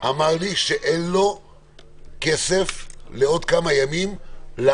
אמר לי שאין לו כסף לעוד כמה ימים לאוכל.